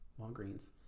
Walgreens